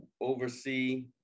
oversee